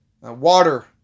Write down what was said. water